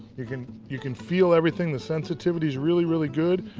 you can you can feel everything. the sensitivity is really, really good.